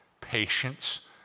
patience